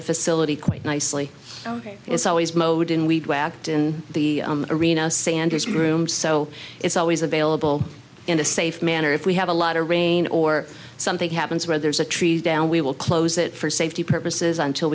the facility quite nicely it's always mowed and weed whacked in the arena sanders room so it's always available in a safe manner if we have a lot of rain or something happens where there's a trees down we will close it for safety purposes until